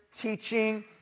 teaching